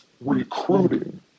recruiting